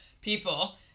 people